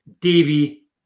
Davey